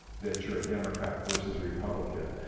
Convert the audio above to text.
that you're a democrat versus republican,